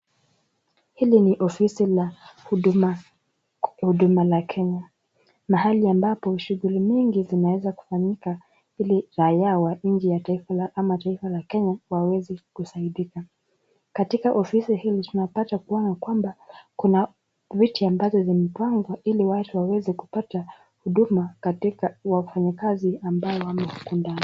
Hili ni ofisi la huduma huduma la Kenya. Mahali ambapo shughuli nyingi zinaweza kufanyika ili raia wa nchi ya taifa la ama taifa la Kenya waweze kusaidika. Katika ofisi hili tunapata kuona kwamba kuna viti ambavyo zimepangwa ili watu waweze kupata huduma katika wafanyakazi ambao wameku